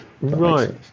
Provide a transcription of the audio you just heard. Right